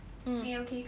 mm